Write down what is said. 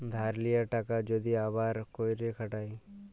ধার লিয়া টাকা যদি আবার ক্যইরে খাটায়